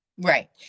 Right